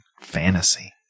fantasy